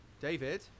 David